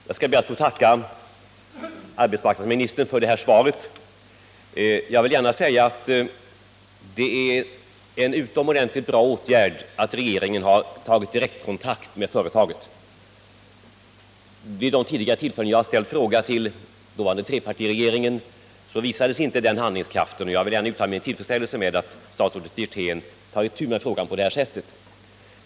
Herr talman! Jag skall be att få tacka arbetsmarknadsministern för svaret. Jag vill gärna säga att det är utomordentligt bra att regeringen har tagit direktkontakt med företaget. Vid tidigare tillfällen när jag ställt frågor till den dåvarande trepartiregeringen har inte den handlingskraften visats. Jag vill gärna uttala min tillfredsställelse över att statsrådet Wirtén tar itu med frågan på det här sättet.